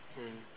mm